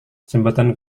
jembatan